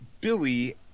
Billy